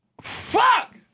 Fuck